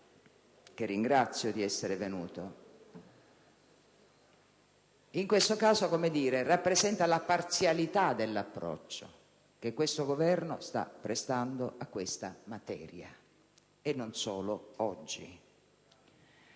che ringrazio di essere venuto - in questo caso rappresenta la parzialità dell'approccio che questo Governo sta prestando alla materia, e non solo oggi.